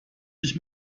dich